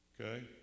Okay